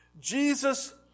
Jesus